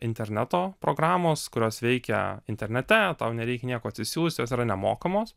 interneto programos kurios veikia internete tau nereik nieko atsisiųst jos yra nemokamos